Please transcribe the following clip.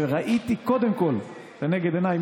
וראיתי קודם כול לנגד עיניי,